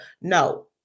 No